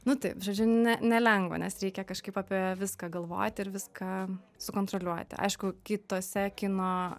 nu taip žodžiu ne nelengva nes reikia kažkaip apie viską galvoti ir viską sukontroliuoti aišku kituose kino